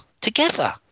together